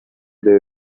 they